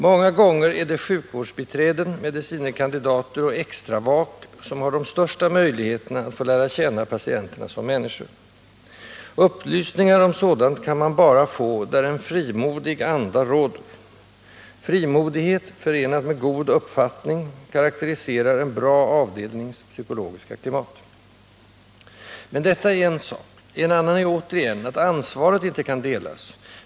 Många gånger är det sjukvårdsbiträden, medicine kandidater och extravak som har de största möjligheterna att lära känna patienterna som människor. Upplysningar om sådant kan man bara få där en frimodig anda råder. Frimodighet, förenad med god uppfattning, karakteriserar en bra avdelnings psykologiska klimat. Men detta är en sak. En annan är återigen att ansvaret inte kan delas.